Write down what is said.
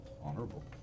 honorable